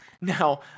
now